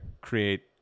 Create